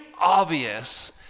obvious